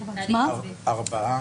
ארבעה.